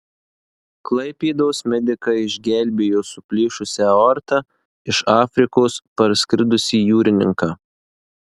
klaipėdos medikai išgelbėjo su plyšusia aorta iš afrikos parskridusį jūrininką